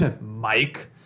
Mike